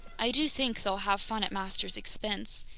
i do think they'll have fun at master's expense.